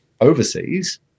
overseas